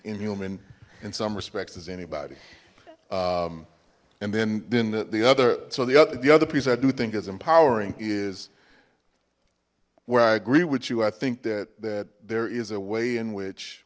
human in some respects as anybody and then then the other so the other the other piece i do think is empowering is where i agree with you i think that that there is a way in which